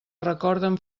recorden